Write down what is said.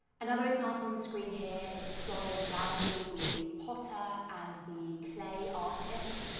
another example on the screen here is florian gadsby, the potter and the clay artist.